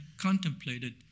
contemplated